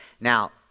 Now